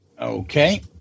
Okay